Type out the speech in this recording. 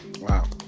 Wow